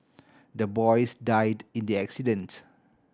the boys died in the accident